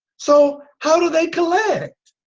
so how do they collect?